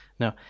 No